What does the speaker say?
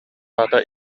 аата